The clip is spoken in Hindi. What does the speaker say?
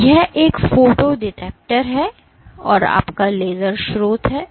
तो यह एक फोटो डिटेक्टर है और यह आपका लेजर स्रोत है